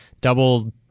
double